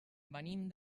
venim